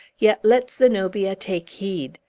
yet let zenobia take heed!